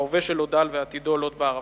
ההווה שלו דל ועתידו לוט בערפל.